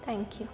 thank you